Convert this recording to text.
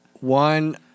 one